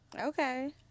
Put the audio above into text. Okay